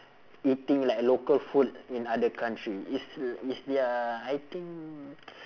eating like local food in other country it's it's their I think